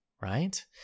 right